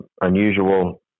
unusual